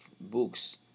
books